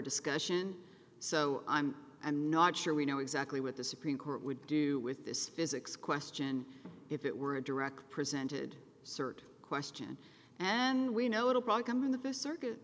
discussion so i'm i'm not sure we know exactly what the supreme court would do with this physics question if it were a direct presented cert question and we know it'll probably come in the circuit